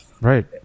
right